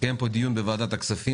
התקיים דיון בוועדת הכספים,